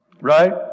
right